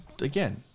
Again